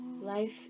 Life